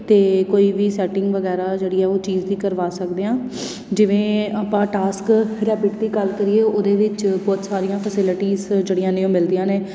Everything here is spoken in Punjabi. ਅਤੇ ਕੋਈ ਵੀ ਸੈਟਿੰਗ ਵਗੈਰਾ ਜਿਹੜੀ ਆ ਉਹ ਚੀਜ਼ ਦੀ ਕਰਵਾ ਸਕਦੇ ਹਾਂ ਜਿਵੇਂ ਆਪਾਂ ਟਾਸਕਰੈਬਿਟ ਦੀ ਗੱਲ ਕਰੀਏ ਉਹਦੇ ਵਿੱਚ ਬਹੁਤ ਸਾਰੀਆਂ ਫੈਸਿਲਿਟੀਜ਼ ਜਿਹੜੀਆਂ ਨੇ ਉਹ ਮਿਲਦੀਆਂ ਨੇ